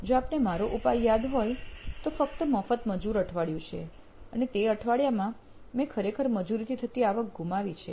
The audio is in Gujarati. જો આપને મારો ઉપાય યાદ હોય તો ફક્ત મફત મજૂર અઠવાડિયું છે અને તે અઠવાડિયામાં મેં ખરેખર મજૂરીથી થતી આવક ગુમાવી છે